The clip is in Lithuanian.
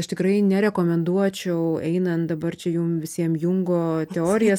aš tikrai nerekomenduočiau einant dabar čia jum visiem jungo teoriją